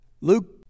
Luke